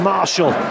Marshall